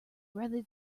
rather